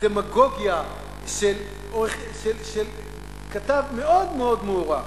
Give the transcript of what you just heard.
דמגוגיה של כתב מאוד מוערך,